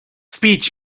speech